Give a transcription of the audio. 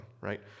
right